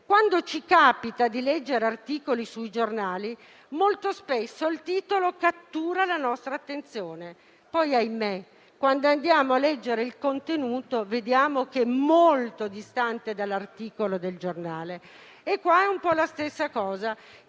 quando ci capita di leggere articoli sui giornali, molto spesso il titolo cattura la nostra attenzione. Poi, ahimè, quando andiamo a leggere il contenuto dell'articolo, vediamo che è molto distante dal titolo del giornale. Qui è un po' la stessa cosa: